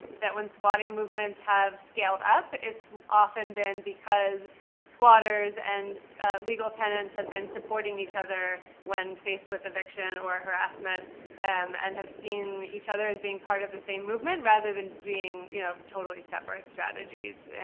that when squatting movements have scaled up, it's often been because squatters and legal tenants have been supporting each other when faced with eviction or harassment and have seen each other as being part of the same movement, rather than being, you know, totally separate strategies.